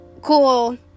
Cool